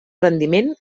rendiment